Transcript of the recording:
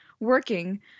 Working